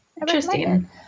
interesting